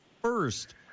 first